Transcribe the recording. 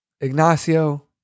Ignacio